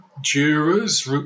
Jurors